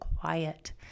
quiet